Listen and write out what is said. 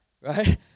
right